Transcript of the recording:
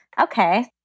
Okay